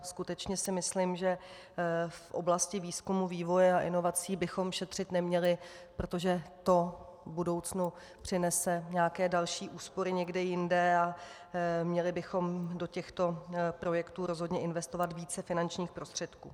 Skutečně si myslím, že v oblasti výzkumu, vývoje a inovací bychom šetřit neměli, protože to v budoucnu přinese nějaké další úspory někde jinde, a měli bychom do těchto projektů rozhodně investovat více finančních prostředků.